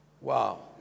Wow